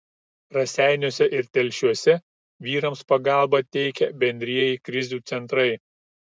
raseiniuose ir telšiuose vyrams pagalbą teikia bendrieji krizių centrai